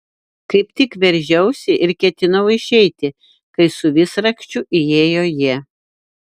kaip tik veržiausi ir ketinau išeiti kai su visrakčiu įėjo jie